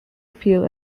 appeal